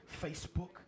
Facebook